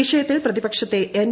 വിഷയത്തിൽ പ്രതിപക്ഷത്തെ എൻ